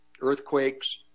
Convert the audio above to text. earthquakes